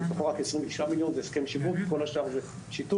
שמתוכם רק 29 מיליון שקל זה הסכם שיווק וכל השאר זה שיטור,